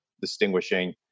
distinguishing